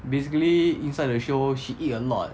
basically inside the show she eat a lot